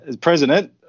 president